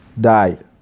died